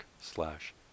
slash